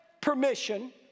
permission